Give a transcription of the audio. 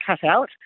cutout